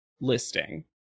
listing